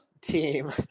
team